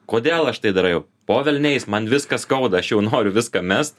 kodėl aš tai dariau po velniais man viską skauda aš jau noriu viską mest